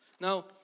Now